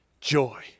Joy